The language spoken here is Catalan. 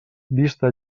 vista